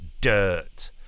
dirt